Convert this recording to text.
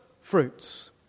fruits